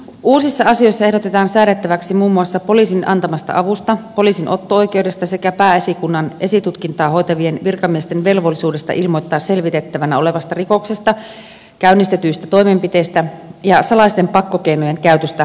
uusissa asioissa ehdotetaan säädettäväksi muun muassa poliisin antamasta avusta poliisin kiinniotto oikeudesta sekä pääesikunnan esitutkintaa hoitavien virkamiesten velvollisuudesta ilmoittaa poliisille selvitettävänä olevasta rikoksesta käynnistetyistä toimenpiteistä ja salaisten pakkokeinojen käytöstä